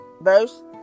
verse